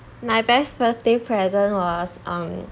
my best birthday present was on